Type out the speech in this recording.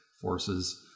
forces